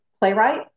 playwright